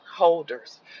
Holders